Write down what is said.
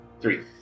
Three